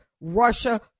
Russia